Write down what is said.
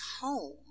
home